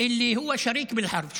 שהוא שותף למלחמה.)